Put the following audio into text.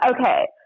okay